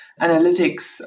analytics